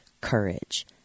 Courage